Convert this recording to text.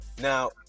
now